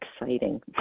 exciting